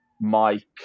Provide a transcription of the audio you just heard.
Mike